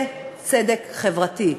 זה צדק חברתי".